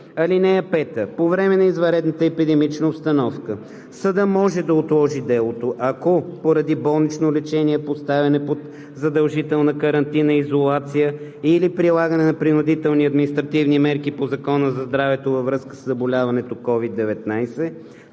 ред. (5) По време на извънредната епидемична обстановка съдът може да отложи делото, ако поради болнично лечение, поставяне под задължителна карантина, изолация или прилагане на принудителни административни мерки по Закона за здравето във връзка със заболяването COVID-19,